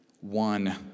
one